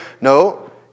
no